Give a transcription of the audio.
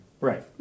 Right